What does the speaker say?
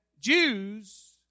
Jews